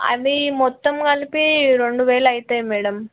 అవి మొత్తం కలిపి రెండు వేలు అవుతాయి మేడమ్